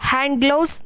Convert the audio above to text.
hand glows